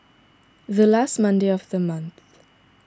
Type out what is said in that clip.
the last Monday of the month